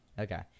Okay